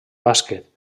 bàsquet